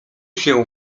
się